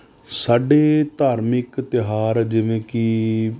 ਸਾਡੇ ਧਾਰਮਿਕ ਤਿਉਹਾਰ ਜਿਵੇਂ ਕਿ